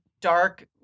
dark